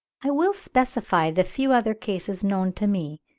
i will specify the few other cases known to me,